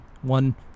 one